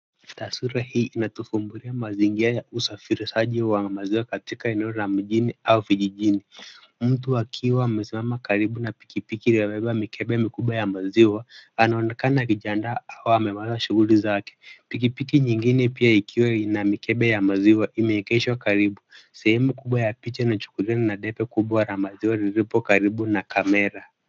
Taswira hii inatufumbulia mazingira ya usafirishaji wa maziwa katika eneo la mjini au vijijini. Mtu akiwa amesimama karibu na pikipiki iliyobeba mikebe mikubwa ya maziwa anaonekana akijiandaa au amemaliza shughuli zake. Pikipiki ingine pia ikiwa ina mikebe ya maziwa imeegeshwa karibu. Sehemu kubwa ya picha inachukuliwa na debe kubwa la maziwa lililopo karibu na kamera.